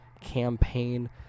campaign